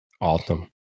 awesome